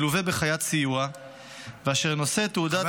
בחיית סיוע ואשר נושא תעודת חיית סיוע,